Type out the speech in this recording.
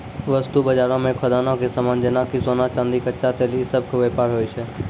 वस्तु बजारो मे खदानो के समान जेना कि सोना, चांदी, कच्चा तेल इ सभ के व्यापार होय छै